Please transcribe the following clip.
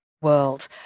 world